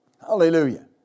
Hallelujah